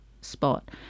spot